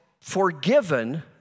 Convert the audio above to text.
forgiven